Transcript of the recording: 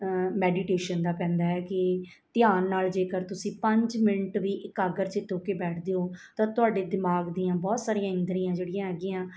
meditation ਦਾ ਪੈਂਦਾ ਹੈ ਕਿ ਧਿਆਨ ਨਾਲ ਜੇਕਰ ਤੁਸੀਂ ਪੰਜ ਮਿੰਟ ਵੀ ਇਕਾਗਰ ਚਿਤ ਹੋ ਕੇ ਬੈਠਦੇ ਹੋ ਤਾਂ ਤੁਹਾਡੇ ਦਿਮਾਗ ਦੀਆਂ ਬਹੁਤ ਸਾਰੀਆਂ ਇੰਦਰੀਆਂ ਜਿਹੜੀਆਂ ਹੈਗੀਆਂ